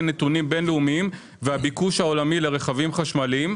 נתונים בינלאומיים והביקוש העולמי לרכבים חשמליים.